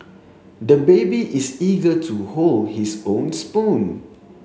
the baby is eager to hold his own spoon